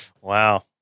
Wow